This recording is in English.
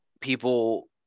people